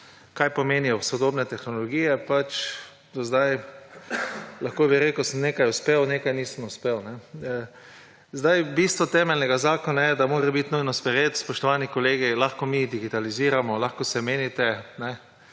kaj pomenijo sodobne tehnologije, pač bi lahko rekel, da do sedaj sem nekaj uspel, nekaj nisem uspel. Bistvo temeljnega zakona je, da mora biti nujno sprejet, spoštovani kolegi. Lahko mi digitaliziramo, lahko se menite